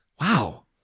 wow